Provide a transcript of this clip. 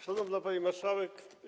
Szanowna Pani Marszałek!